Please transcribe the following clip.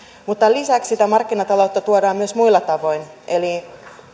mutta lisäksi sitä markkinataloutta tuodaan myös muilla tavoin eli